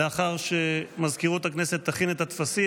לאחר שמזכירות הכנסת תכין את הטפסים.